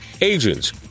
agents